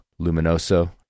Luminoso